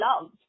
love